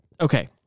Okay